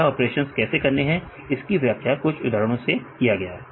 यह ऑपरेशंस कैसे करने हैं इसकी व्याख्या कुछ उदाहरणों से किया गया है